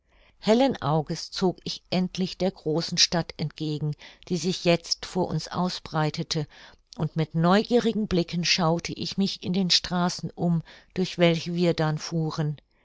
hellen auges zog ich endlich der großen stadt entgegen die sich jetzt vor uns ausbreitete und mit neugierigen blicken schaute ich mich in den straßen um durch welche wir dann fuhren